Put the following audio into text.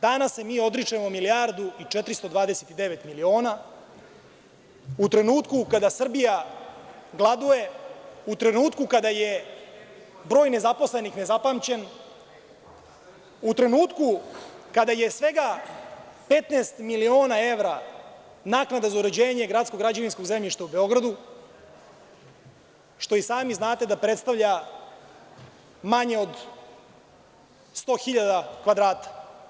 Danas se mi odričemo milijardu i 429 miliona, u trenutku kada Srbija gladuje, u trenutku kada je broj nezaposlenih nezapamćen, u trenutku kada je svega 15 miliona evra naknada za uređenje gradskog građevinskog zemljišta u Beogradu, što i sami znate da predstavlja manje od 100 hiljada kvadrata.